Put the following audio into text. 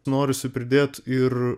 norisi pridėt ir